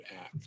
app